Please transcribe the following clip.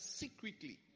secretly